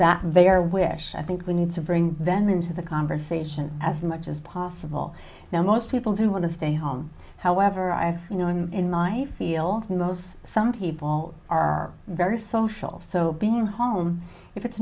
that they are wish i think we need to bring them into the conversation as much as possible now most people do want to stay home however i have in my feel most some people are very social so being home if it's